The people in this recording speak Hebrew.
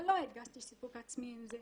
אבל לא הרגשתי סיפוק עצמי עם זה.